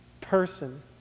person